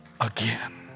again